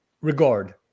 regard